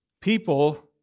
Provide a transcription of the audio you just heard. people